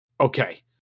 Okay